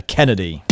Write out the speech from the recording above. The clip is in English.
Kennedy